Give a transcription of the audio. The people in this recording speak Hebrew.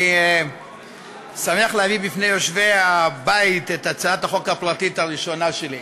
אני שמח להביא בפני יושבי הבית את הצעת החוק הפרטית הראשונה שלי.